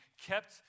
kept